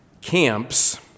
camps